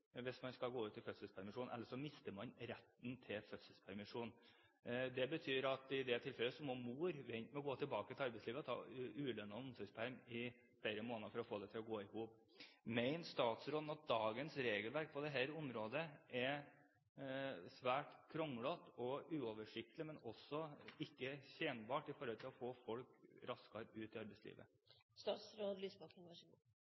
mister han retten til fødselspermisjon. I det tilfellet betyr det at mor må vente med å gå tilbake til arbeidslivet og ta ulønnet omsorgspermisjon i flere måneder for å få det til å gå i hop. Mener statsråden at dagens regelverk på dette området er svært kronglete og uoversiktlig, og heller ikke tjenlig for å få folk raskere ut i arbeidslivet? Jeg kjenner også til den enkeltsaken fra mediene, men ikke noe utover det, så